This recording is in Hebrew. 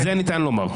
את זה ניתן לומר.